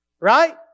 right